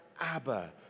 Abba